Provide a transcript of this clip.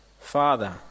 Father